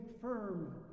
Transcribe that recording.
firm